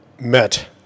met